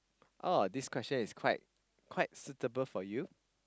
oh this question is quite suitable for you